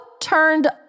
Turned